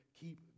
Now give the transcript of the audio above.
keep